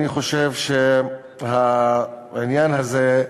אני חושב שהעניין הזה,